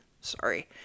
Sorry